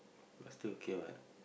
but still okay what